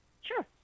Sure